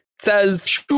says